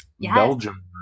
Belgium